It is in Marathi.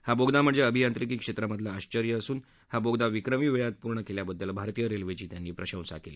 हा बोगदा म्हणजिअभियांत्रिकी क्षमिधलं आश्वर्य असून या बोगदा विक्रमी वक्तित पूर्ण कल्पाबदल भारतीय रखिद्धी त्यांनी प्रशंसा कली